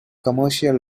commercial